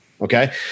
okay